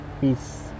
peace